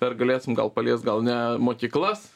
ar galėsim gal palies gal ne mokyklas